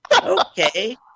Okay